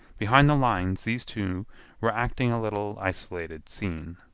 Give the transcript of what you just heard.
behind the lines these two were acting a little isolated scene.